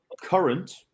current